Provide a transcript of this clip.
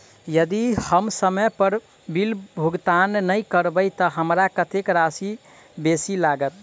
यदि हम समय पर बिल भुगतान नै करबै तऽ हमरा कत्तेक राशि बेसी लागत?